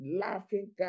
laughing